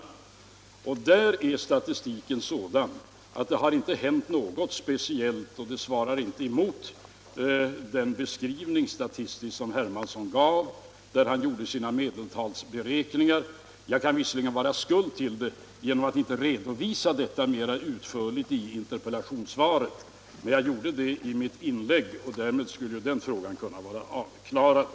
Och därvidlag är statistiken sådan att det inte har hänt något speciellt. Den svarar inte mot den beskrivning som herr Hermansson gav, när han gjorde sina medeltalsberäkningar. Jag kan visserligen vara skuld till det genom att inte redovisa förhållandet mer utförligt i interpellationssvaret. Men jag gjorde det i mitt inlägg, och därmed skulle den frågan kunna vara avklarad.